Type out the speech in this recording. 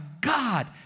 God